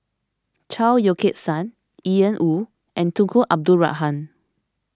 Chao Yoke San Ian Woo and Tunku Abdul Rahman